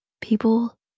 People